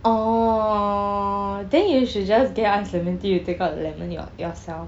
oh then you should just get ice lemon tea you take out the lemon your~ yourself